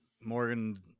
Morgan